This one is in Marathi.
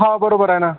हा बरोबर आहे ना